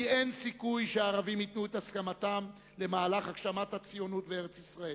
כי אין סיכוי שהערבים ייתנו את הסכמתם למהלך הגשמת הציונות בארץ-ישראל.